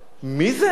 מי זה?